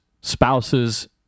spouses